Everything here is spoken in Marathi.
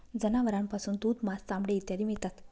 जनावरांपासून दूध, मांस, चामडे इत्यादी मिळतात